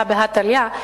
הא בהא תליא,